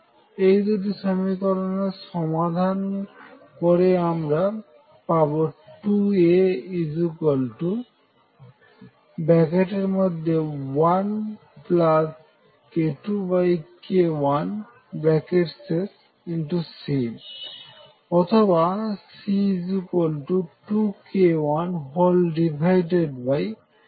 এই দুটি সমীকরণের সমাধান করে আমরা পাবো 2A1k2k1C অথবা C2k1k1k2A